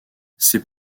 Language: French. ses